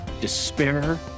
despair